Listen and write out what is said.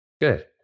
good